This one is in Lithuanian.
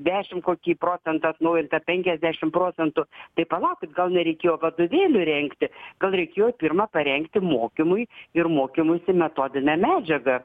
dešimt kokį procentą atnaujinta penkiasdešimt procentų tai palaukit gal nereikėjo vadovėlių rengti gal reikėjo pirma parengti mokymui ir mokymuisi metodinę medžiagą